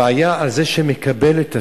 הבעיה של זה שמקבל את השירות,